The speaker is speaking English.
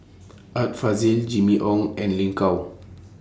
Art Fazil Jimmy Ong and Lin Gao